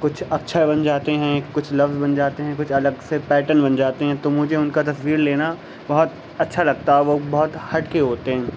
کچھ اکچھر بن جاتے ہیں کچھ لفظ بن جاتے ہیں کچھ الگ سے پیٹرن بن جاتے ہیں تو مجھے ان کا تصویر لینا بہت اچھا لگتا ہے اور وہ بہت ہٹ کے ہوتے ہیں